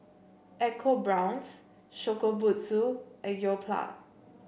EcoBrown's Shokubutsu and Yoplait